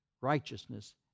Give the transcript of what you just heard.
Righteousness